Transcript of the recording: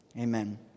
amen